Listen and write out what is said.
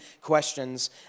questions